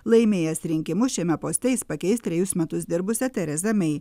laimėjęs rinkimus šiame poste jis pakeis trejus metus dirbusią terezą mei